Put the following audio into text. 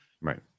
Right